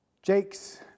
Jake's